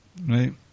right